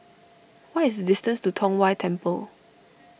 what is the distance to Tong Whye Temple